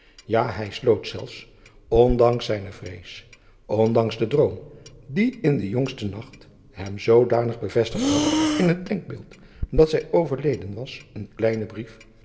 ja hij sloot zelfs ondanks zijne vrees ondanks den droom die in den jongsten nacht hem zoodanig bevestigd had in het denkbeeld dat zij overleden was een kleinen brief